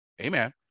Amen